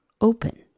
open